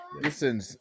Listen